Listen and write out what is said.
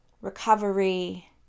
recovery